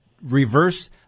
reverse